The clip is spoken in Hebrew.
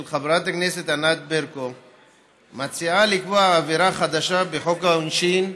של חברת הכנסת ענת ברקו מציעה לקבוע עבירה חדשה בחוק העונשין,